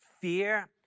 fear